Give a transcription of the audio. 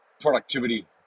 productivity